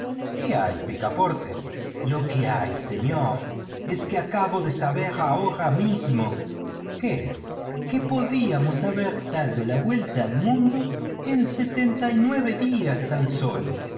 qué hay picaporte lo que hay señor es que acabo de saber ahora mismo qué que podíamos haber dado la vuelta al mundo en setenta y nueve días sólo